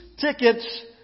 tickets